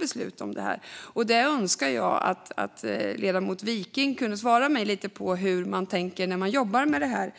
beslut om att barn ska omhändertas. Jag önskar att ledamoten Wiking kunde svara på frågan hur man tänker när man jobbar med det här.